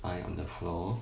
thigh on the floor